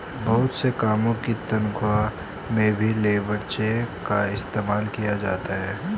बहुत से कामों की तन्ख्वाह में भी लेबर चेक का इस्तेमाल किया जाता है